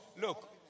Look